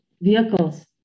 vehicles